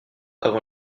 avant